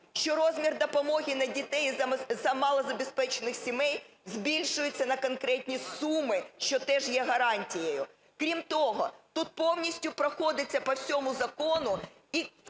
Що розмір допомоги на дітей із малозабезпечених сімей збільшується на конкретні суми, що теж є гарантією. Крім того, тут повністю проходиться по всьому закону